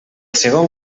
segon